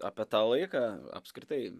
apie tą laiką apskritai